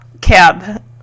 cab